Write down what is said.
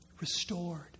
Restored